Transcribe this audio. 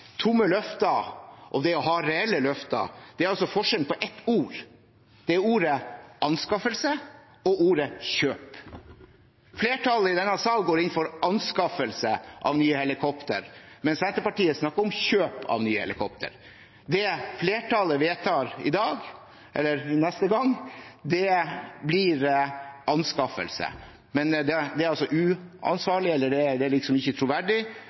ordet «kjøp». Flertallet i denne sal går inn for anskaffelse av nye helikopter, mens Senterpartiet snakker om kjøp av nye helikopter. Det flertallet vedtar neste gang Stortinget voterer, blir anskaffelse, men det er liksom uansvarlig eller ikke troverdig fordi man skal bruke ordet «kjøp». Det er